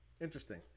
interesting